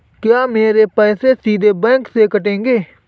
क्या मेरे पैसे सीधे बैंक से कटेंगे?